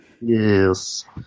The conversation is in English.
yes